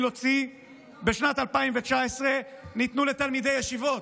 הוציא בשנת 2019 ניתנו לתלמידי ישיבות,